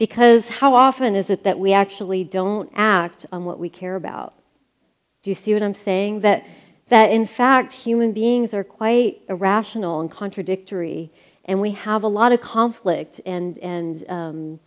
because how often is it that we actually don't act on what we care about do you see that i'm saying that that in fact human beings are quite irrational and contradictory and we have a lot of conflicts and